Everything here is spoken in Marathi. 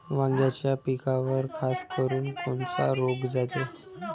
वांग्याच्या पिकावर खासकरुन कोनचा रोग जाते?